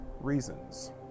reasons